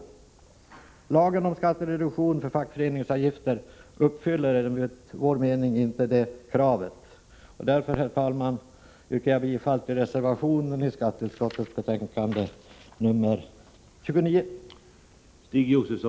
Lagen om skattereduktion för fackföreningsavgifter uppfyller enligt vår mening inte detta krav. Därför, herr talman, yrkar jag bifall till reservationen i skatteutskottets betänkande 29.